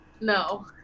No